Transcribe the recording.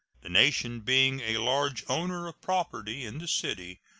the nation, being a large owner of property in the city,